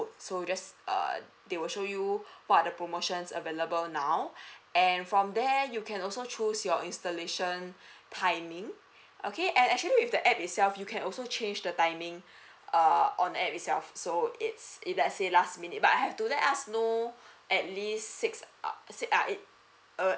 so just err they will show you what are the promotions available now and from there you can also choose your installation timing okay and actually the app itself you can also change the timing err on the app itself so it's if let's say last minute but I have to let us know at least six err err